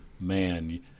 man